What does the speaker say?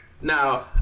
now